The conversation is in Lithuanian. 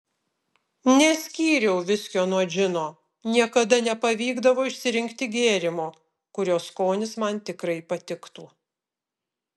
neskyriau viskio nuo džino niekada nepavykdavo išsirinkti gėrimo kurio skonis man tikrai patiktų